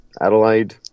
Adelaide